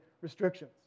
restrictions